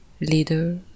leader